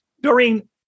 Doreen